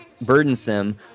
burdensome